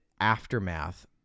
Aftermath